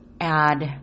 add